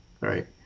Right